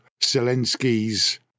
Zelensky's